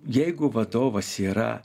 jeigu vadovas yra